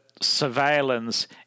surveillance